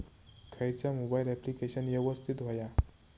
खयचा mobile application यवस्तित होया?